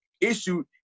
issue